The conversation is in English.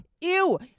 Ew